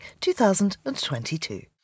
2022